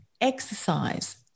exercise